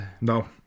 No